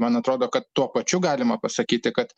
man atrodo kad tuo pačiu galima pasakyti kad